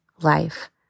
life